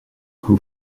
who